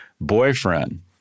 boyfriend